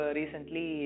recently